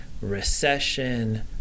recession